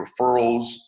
referrals